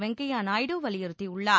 வெங்கைய நாயுடு வலியுறுத்தியுள்ளார்